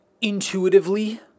intuitively